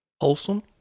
Wholesome